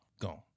Gone